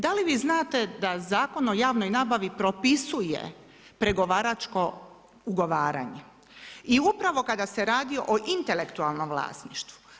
Da li vi znate da Zakon o javnoj nabavi propisuje pregovaračko ugovaranje i u pravo kada se radi o intelektualnom vlasništvu!